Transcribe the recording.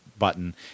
button